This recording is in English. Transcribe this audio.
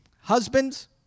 Husbands